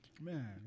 man